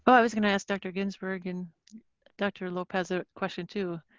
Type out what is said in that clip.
but i was gonna ask dr. ginsberg and dr. lopez a question, too.